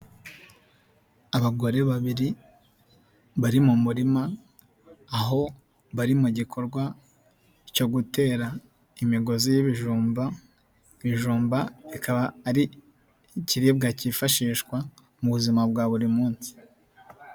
Abagore babiri bari mu murima aho bari mu gikorwa cyo gutera imigozi y'ibijumba, ibijumba bikaba ari ikiribwa kifashishwa mu buzima bwa buri munsi.